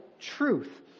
truth